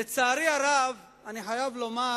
לצערי הרב, אני חייב לומר